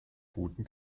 guten